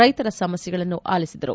ರೈತರ ಸಮಸ್ನೆಗಳನ್ನು ಆಲಿಸಿದರು